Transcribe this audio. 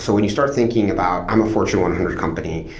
so when you start thinking about, i'm a fortune one hundred company,